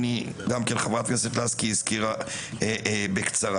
גם חברת הכנסת לסקי הזכירה בקצרה.